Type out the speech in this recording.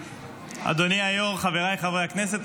אדוני היו"ר, חבריי חברי הכנסת,